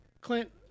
Clint